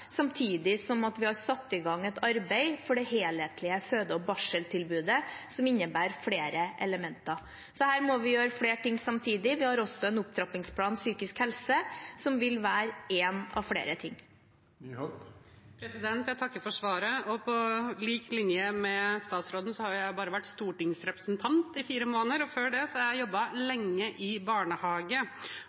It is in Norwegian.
samtidig som vi har satt i gang et arbeid for det helhetlige føde- og barseltilbudet, som innebærer flere elementer. Her må vi gjøre flere ting samtidig. Vi har også en opptrappingsplan for psykisk helse, som vil være én av flere ting. Jeg takker for svaret. På lik linje med statsråden har jeg vært stortingsrepresentant i bare fire måneder. Før det har jeg jobbet lenge i barnehage.